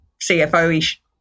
CFO-ish